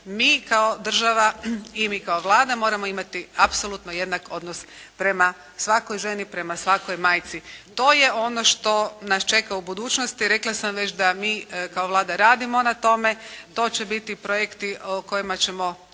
mi kao država i mi kao Vlada moramo imati apsolutno jednak odnos prema svakoj ženi, prema svakoj majci. To je ono što nas čeka u budućnosti. Rekla sam već da mi kao Vlada radimo na tome. To će biti projekti o kojima ćemo